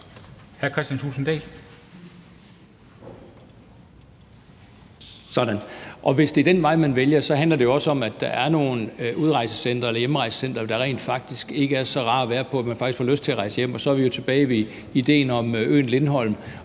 Hr. Christian Juhl.